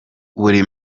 buri